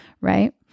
right